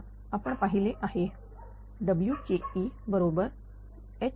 बघा आपण लिहिले आहेWke0 बरोबर HPr